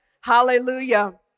Hallelujah